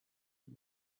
and